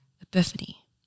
epiphany